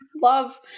love